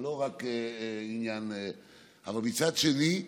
אבל מצד שני,